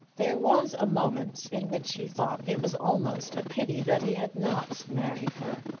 there was a moment in which he thought it was almost a pity that he had not married her.